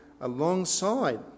alongside